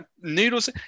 noodles